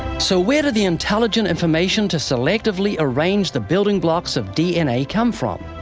so, where did the intelligent information to selectively arrange the building blocks of dna come from?